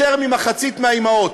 יותר ממחצית מהאימהות,